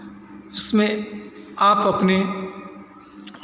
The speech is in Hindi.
उसमें आप अपनी